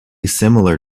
similar